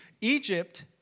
Egypt